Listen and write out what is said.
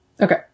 Okay